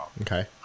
Okay